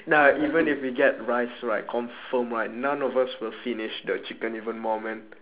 nah even if we get rice right confirm right none of us will finish the chicken even more man